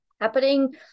happening